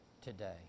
today